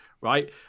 right